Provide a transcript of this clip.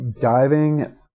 Diving